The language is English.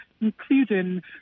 including